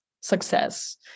success